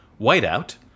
whiteout